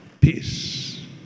peace